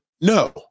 No